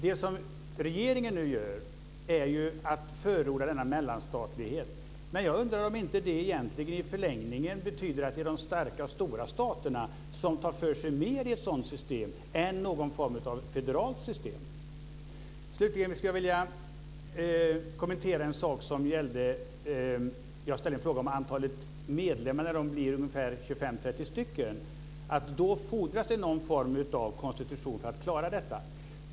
Nu förordar regeringen den här mellanstatligheten, men jag undrar om det inte egentligen i förlängningen betyder att det är de stora och starka staterna som tar för sig mer i ett sådant system än i någon form av federalt system. Slutligen skulle jag vilja kommentera en sak. Jag ställde en fråga om antalet medlemmar. När det blir 25-30 medlemmar fordras det någon form av konstitution för att klara detta.